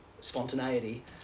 spontaneity